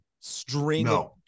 String